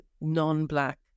non-black